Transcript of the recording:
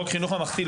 בחוק החינוך הממלכתי,